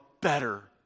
better